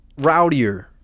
rowdier